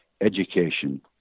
education